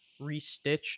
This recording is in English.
restitched